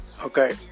Okay